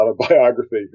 autobiography